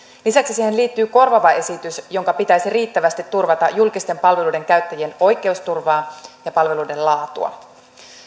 lisäksi siihen liittyy korvaava esitys jonka pitäisi riittävästi turvata julkisten palveluiden käyttäjien oikeusturvaa ja palveluiden laatua